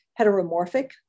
heteromorphic